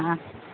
ہاں